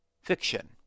fiction